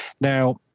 Now